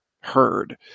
heard